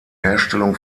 herstellung